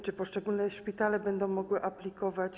Czy poszczególne szpitale będą mogły aplikować?